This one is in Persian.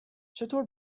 چطور